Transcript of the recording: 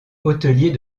hôtelier